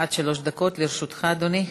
עד שלוש דקות לרשותך, אדוני.